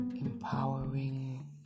empowering